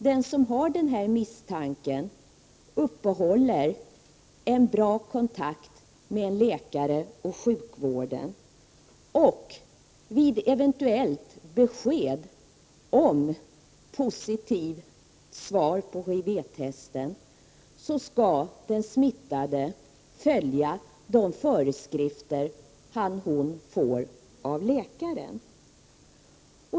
Den som har en sådan misstanke skall uppehålla en bra kontakt med en läkare och med sjukvården. Vid ett eventuellt positivt besked på HIV-testen skall den smittade följa de föreskrifter han eller hon får av läkare.